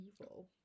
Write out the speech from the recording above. evil